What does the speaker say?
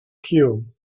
cue